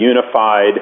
unified